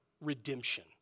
redemption